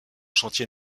chantier